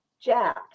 jack